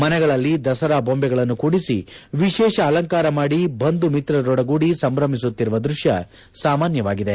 ಮನೆಗಳಲ್ಲಿ ದಸರಾ ಬೊಂಬೆಗಳನ್ನು ಕೂಡಿಸಿ ವಿಶೇಷ ಅಲಂಕಾರ ಮಾಡಿ ಬಂಧು ಮಿತ್ರರೊಡಗೂಡಿ ಸಂಭ್ರಮಿಸುತ್ತಿರುವ ದೃಶ್ಣ ಸಾಮಾನ್ನವಾಗಿದೆ